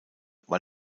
war